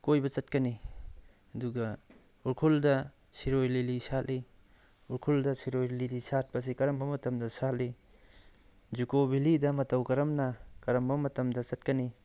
ꯀꯣꯏꯕ ꯆꯠꯀꯅꯤ ꯑꯗꯨꯒ ꯎꯈ꯭ꯔꯨꯜꯗ ꯁꯤꯔꯣꯏ ꯂꯤꯂꯤ ꯁꯥꯠꯂꯤ ꯎꯈ꯭ꯔꯨꯜꯗ ꯁꯤꯔꯣꯏ ꯂꯤꯂꯤ ꯁꯥꯠꯄ ꯑꯁꯤ ꯀꯔꯝꯕ ꯃꯇꯝꯗ ꯁꯥꯠꯂꯤ ꯖꯨꯀꯣ ꯚꯦꯂꯤꯗ ꯃꯇꯧ ꯀꯔꯝꯅ ꯀꯔꯝꯕ ꯃꯇꯝꯗ ꯆꯠꯀꯅꯤ